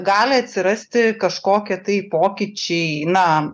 gali atsirasti kažkokie tai pokyčiai na